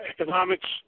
economics